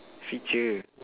feature